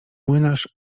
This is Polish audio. młynarz